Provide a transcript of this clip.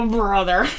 brother